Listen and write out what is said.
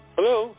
Hello